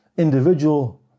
individual